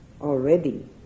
already